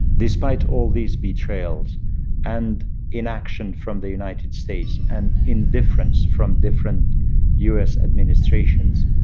despite all these betrayals and inaction from the united states and indifference from different u s. administrations,